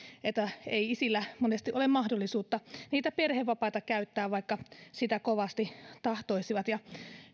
että ei isillä monesti ole mahdollisuutta niitä perhevapaita käyttää vaikka sitä kovasti tahtoisivat ja